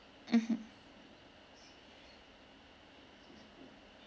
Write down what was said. mmhmm